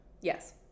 yes